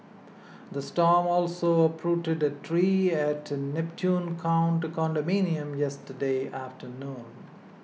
the storm also uprooted a tree at Neptune Court condominium yesterday afternoon